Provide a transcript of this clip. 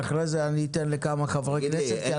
ואחרי זה אתן לכמה חברי כנסת.